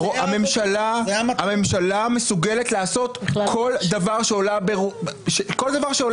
הממשלה מסוגלת לעשות כל דבר שעולה על דעתה.